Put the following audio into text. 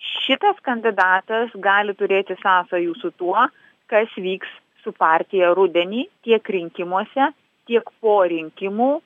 šitas kandidatas gali turėti sąsajų su tuo kas vyks su partija rudenį tiek rinkimuose tiek po rinkimų